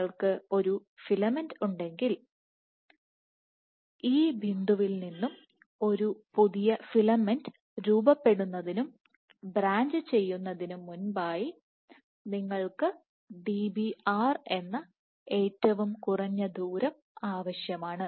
നിങ്ങൾക്കു ഒരു ഫിലമെൻറ് ഉണ്ടെങ്കിൽ ഈ ബിന്ദുവിൽ നിന്നും ഒരു പുതിയ ഫിലമെന്റ് രൂപപ്പെടുന്നതിനും ബ്രാഞ്ച് ചെയ്യുന്നതിനും മുമ്പായി നിങ്ങൾക്ക് Dbr എന്ന ഏറ്റവും കുറഞ്ഞ ദൂരം ആവശ്യമാണ്